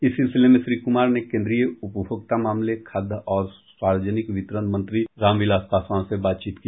इस सिलसिले में श्री कुमार ने केन्द्रीय उपभोक्ता मामले खाद्य और सार्वजनिक वितरण मंत्री रामविलास पासवान से बातचीत की